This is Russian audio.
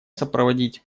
сопроводить